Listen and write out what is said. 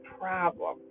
problem